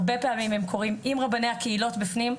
הרבה פעמים הם קורים עם רבני הקהילות בפנים,